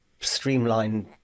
streamlined